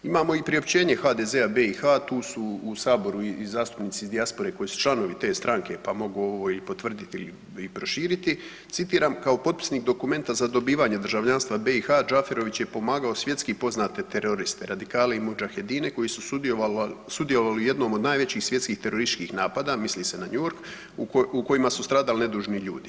Imamo i priopćenje HDZ-a BiH, tu su u Saboru i zastupnici iz dijaspore koji su članovi te stanke pa mogu ovo i potvrditi i proširiti, citiram, kao potpisnik dokumenta za dobivanje državljanstva BiH, Džaferović je pomagao svjetski poznate teroriste, radikale i mudžahedine koji su sudjelovali u jednom od najvećih svjetskih terorističkih napada, misli se na New York u kojemu su stradali nedužni ljudi.